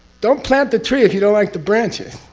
don't plant the tree if you don't like the branches.